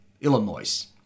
Illinois